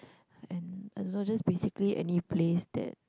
and I don't know just basically any place that